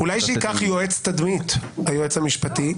אולי שייקח יועץ תדמית היועץ המשפטי,